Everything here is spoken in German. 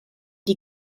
die